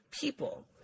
people